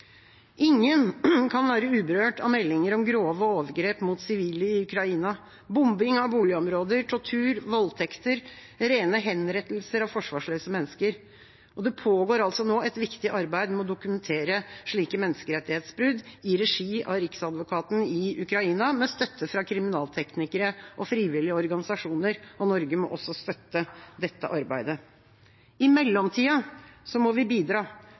Ingen kan være uberørt av meldinger om grove overgrep mot sivile i Ukraina, bombing av boligområder, tortur, voldtekter, rene henrettelser av forsvarsløse mennesker. Det pågår altså nå et viktig arbeid med å dokumentere slike menneskerettsbrudd i regi av riksadvokaten i Ukraina, med støtte fra kriminalteknikere og frivillige organisasjoner. Norge må også støtte dette arbeidet. I mellomtida må vi bidra